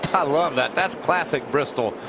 i love that. that's classic bristol.